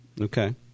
Okay